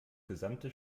gesamte